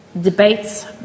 debates